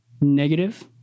negative